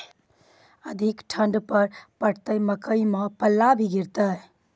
अधिक ठंड पर पड़तैत मकई मां पल्ला भी गिरते?